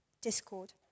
discord